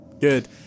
Good